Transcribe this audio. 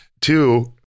Two